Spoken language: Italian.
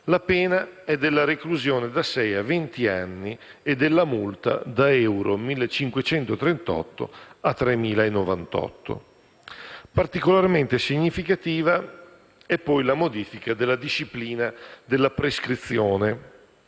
la pena è della reclusione da sei a venti anni e della multa da euro 1.538 a euro 3.098. Particolarmente significativa è poi la modifica alla disciplina della prescrizione